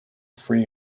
free